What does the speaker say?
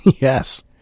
Yes